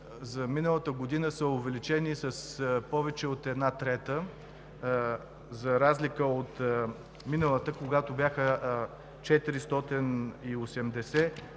за миналата година са увеличени с повече от една трета. За разлика от миналата година, когато бяха 480,